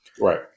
Right